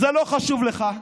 זה לא חשוב לך.